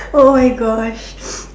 oh my Gosh